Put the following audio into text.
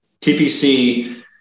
TPC